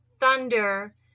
thunder